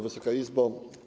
Wysoka Izbo!